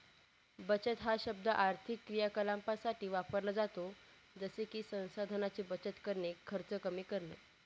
बचत हा शब्द आर्थिक क्रियाकलापांसाठी वापरला जातो जसे की संसाधनांची बचत करणे, खर्च कमी करणे